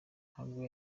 ntabwo